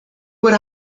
would